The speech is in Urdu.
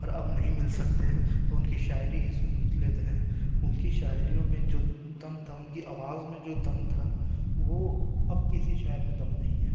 پر اب نہیں مل سکتے تو ان کی شاعری ہی سن لیتے ہیں ان کی شاعری میں جو دم تھا ان کی آواز میں جو دم تھا وہ اب کسی شاعر میں دم نہیں ہے